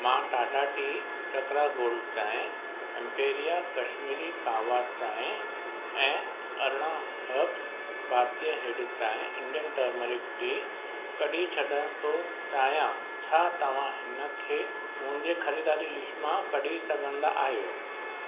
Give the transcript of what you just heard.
मां Tata tea Chakra gold चांहि Emperia Kashmiri kahwa चांहि ऐं अरड़ाहं हर्ब्स भारतीय हैड चांहि इंडियन टर्मरिक टी कढी छॾण थो चाहियां छा तव्हां हिनखे मुंहिंजी ख़रीदारी लिस्ट मां कढी सघंदा आहियो